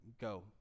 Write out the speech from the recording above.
go